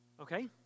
Okay